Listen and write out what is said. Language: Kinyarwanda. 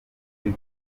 kuri